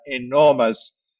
enormous